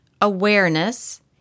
awareness